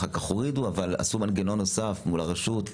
ואחר כך הורידו עשו מנגנון נוסף מול הרשות.